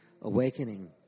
awakening